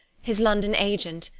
his london agent,